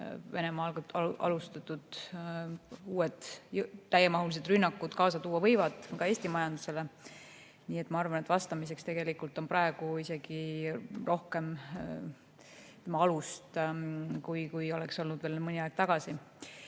Venemaa alustatud uued täiemahulised rünnakud kaasa tuua võivad, ka Eesti majandusele. Nii et ma arvan, et vastamiseks on praegu rohkem alust, kui oleks olnud veel mõni aeg tagasi. Lähen